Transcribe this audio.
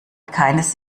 keines